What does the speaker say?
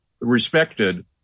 respected